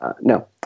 no